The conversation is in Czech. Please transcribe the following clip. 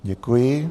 Děkuji.